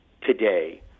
today